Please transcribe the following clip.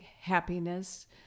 happiness